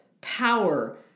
power